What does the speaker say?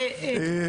כן.